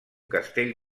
castell